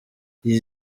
iyi